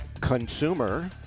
consumer